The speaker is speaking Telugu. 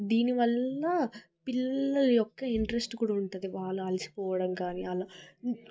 దీనివల్ల పిల్లలు యొక్క ఇంట్రెస్ట్ కూడా ఉంటుంది బాగా అలసిపోవడం కానీ అలా